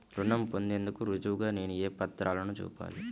రుణం పొందేందుకు రుజువుగా నేను ఏ పత్రాలను చూపాలి?